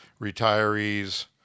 retirees